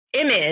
image